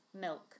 milk